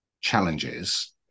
challenges